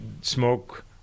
smoke